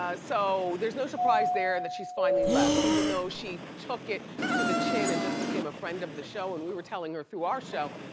ah so there's no surprise there that she's finally left, even though she took it to the chin and just became a friend of the show and we were telling her through our show,